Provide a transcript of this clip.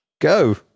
Go